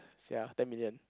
sia ten million